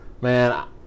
Man